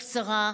הקצרה,